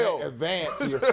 advance